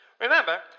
Remember